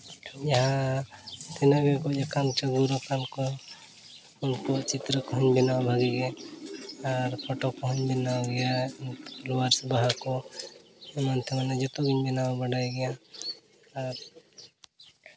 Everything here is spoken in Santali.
ᱡᱟᱦᱟᱸ ᱛᱤᱱᱟᱹᱜ ᱜᱮ ᱜᱚᱡ ᱟᱠᱟᱱ ᱪᱚ ᱜᱩᱨ ᱟᱠᱟᱱ ᱠᱚ ᱩᱱᱠᱩᱣᱟᱜ ᱪᱤᱛᱨᱟᱹ ᱠᱚᱦᱚᱸᱧ ᱵᱮᱱᱟᱣ ᱵᱷᱟᱹᱜᱤ ᱜᱮ ᱟᱨ ᱯᱷᱳᱴᱳ ᱠᱚᱦᱚᱸᱧ ᱵᱮᱱᱟᱣ ᱜᱮᱭᱟ ᱯᱷᱞᱚᱣᱟᱨᱥ ᱵᱟᱦᱟ ᱠᱚ ᱮᱢᱟᱱ ᱛᱮᱢᱟᱱᱟᱜ ᱡᱚᱛᱚᱜᱤᱧ ᱵᱮᱱᱟᱣ ᱵᱟᱰᱟᱭ ᱜᱮᱭᱟ ᱟᱨ